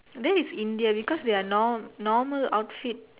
that one is India because we are nor~ normal outfit